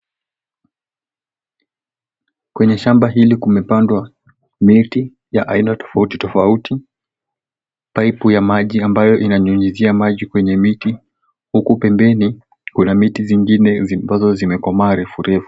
Kwenye shamba hili kumepandwa miti ya aina tofautitofauti, paipu ya maji ambayo inanyunyuzia maji kwenye miti huku pembeni kuna miti zingine ambazo zimekomaa refurefu.